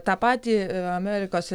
tą patį amerikos